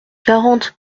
quarante